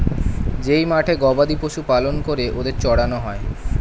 যেই মাঠে গবাদি পশু পালন করে ওদের চড়ানো হয়